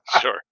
Sure